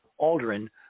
Aldrin